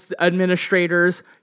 administrators